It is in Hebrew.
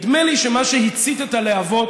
נדמה לי שמה שהצית את הלהבות